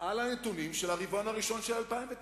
על הנתונים של הרבעון הראשון של 2009,